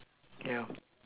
yup